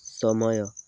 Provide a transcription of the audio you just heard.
ସମୟ